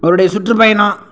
அவருடைய சுற்றுப்பயணம்